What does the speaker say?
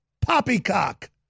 Poppycock